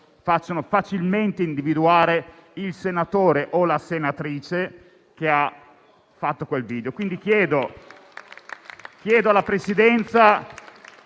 facciano facilmente individuare il senatore o la senatrice che ha fatto quel video. Chiedo pertanto alla Presidenza